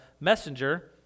messenger